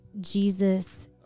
Jesus